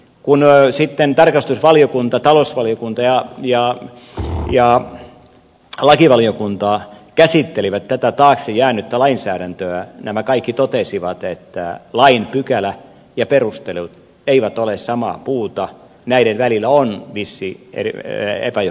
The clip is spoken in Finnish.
kun sitten tarkastusvaliokunta talousvaliokunta ja lakivaliokunta käsittelivät tätä taakse jäänyttä lainsäädäntöä nämä kaikki totesivat että lain pykälä ja perustelut eivät ole samaa puuta näiden välillä on vissi epäjohdonmukaisuus